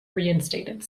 reinstated